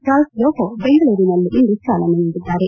Charles Lobo ಬೆಂಗಳೂರಿನಲ್ಲಿಂದು ಚಾಲನೆ ನೀಡಿದ್ಲಾರೆ